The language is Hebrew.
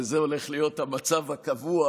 וזה הולך להיות המצב הקבוע,